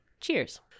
Cheers